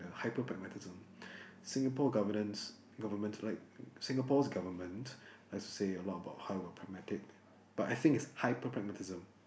hyper pragmatism Singapore governance government like Singapore's government likes to say a lot about how we are pragmatic but I think is hyper pragmatism